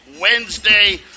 Wednesday